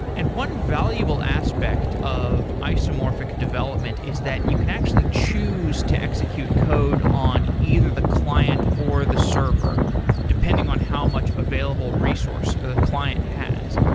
and one valuable aspect of isomorphic development is that you can actually choose to execute code on either the client or the server depending on how much available resource the client has.